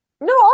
No